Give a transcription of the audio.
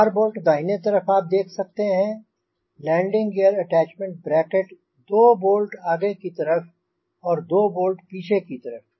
4 bolt दाहिने तरफ़ आप देख सकते हैं लैंडिंग ग़ीयर अटैच्मेंट ब्रैकट दो बोल्ट आगे की तरफ़ और दो बोल्ट पिछे की तरफ़